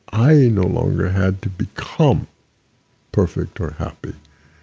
i no longer had to become perfect or happy.